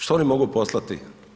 Što oni mogu poslati?